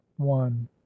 one